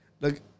look